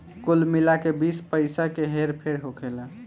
कुल मिला के बीस पइसा के हेर फेर होखेला